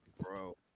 Bro